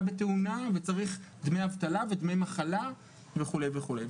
בתאונה וצריך דמי אבטלה ודמי מחלה וכולי וכולי.